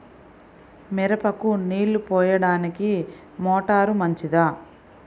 మిరపకు నీళ్ళు పోయడానికి మోటారు మంచిదా?